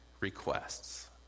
requests